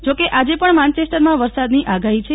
જોકે આજે પણ માન્ચેસ્ટરમાં વરસાદની આગાહી છે